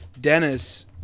Dennis